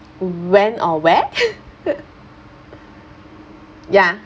when or where ya